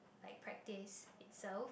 like practice itself